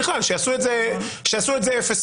שיעשו את זה אפס-100.